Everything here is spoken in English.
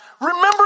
Remember